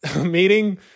meeting